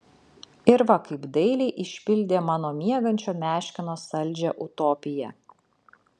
ir va kaip dailiai išpildė mano miegančio meškino saldžią utopiją